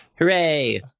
Hooray